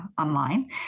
online